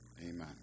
amen